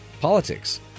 Politics